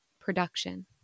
production